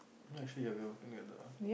ya actually I will didn't get the